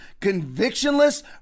convictionless